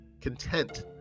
content